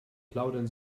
plaudern